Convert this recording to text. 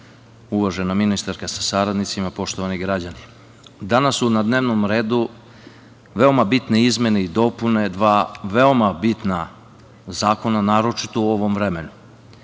uvažena ministarko sa saradnicima, poštovani građani, danas su na dnevnom redu veoma bitne izmene i dopune dva veoma bitna zakona, naročito u ovom vremenu